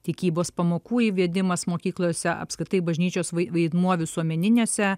tikybos pamokų įvedimas mokyklose apskritai bažnyčios vaidmuo visuomeniniuose